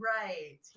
Right